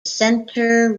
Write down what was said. centre